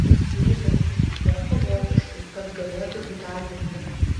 lidl moko vokiškai kad galėtų įdarbinti